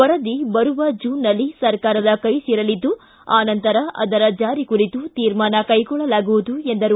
ವರದಿ ಬರುವ ಜೂನ್ನಲ್ಲಿ ಸರ್ಕಾರದ ಕೈ ಸೇರಲಿದ್ದು ಆ ನಂತರ ಅದರ ಜಾರಿ ಕುರಿತು ತೀರ್ಮಾನ ಕೈಗೊಳ್ಳಲಾಗುವುದು ಎಂದರು